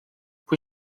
pwy